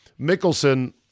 Mickelson